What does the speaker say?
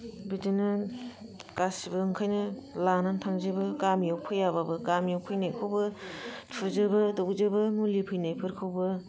बिदिनो गासिबो ओंखायनो लानानै थांजोबो गामियाव फैयाबाबो गामियाव फैनायखौबो थुजोबो दौजोबो मुलि फैनायफोरखौबो